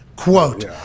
Quote